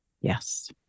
Yes